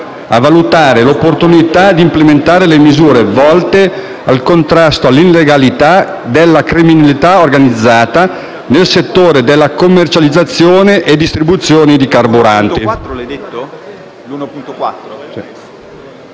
a valutare l'opportunità di implementare le misure volte al contrasto dell'illegalità e della criminalità organizzata nel settore della commercializzazione e distribuzione di carburante».